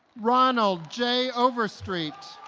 ronald j. overstreet